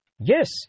Yes